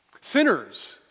sinners